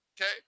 Okay